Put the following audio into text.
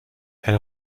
elle